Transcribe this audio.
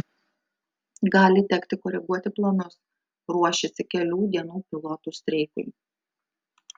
gali tekti koreguoti planus ruošiasi kelių dienų pilotų streikui